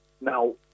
Now